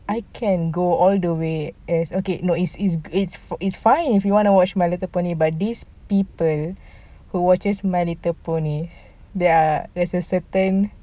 I can go all the way it's okay no it's it's it's for it's fine if you want to watch my little pony by these people who watches my little pony they are there's a certain